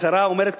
ההצהרה אומרת,